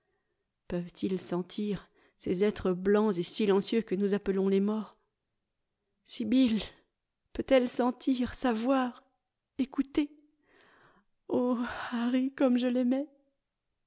peuvent-ils sentir ces êtres blancs et silencieux que nous appelons les morts sibyl peut-elle sentir savoir écouter oh harry comme je l'aimais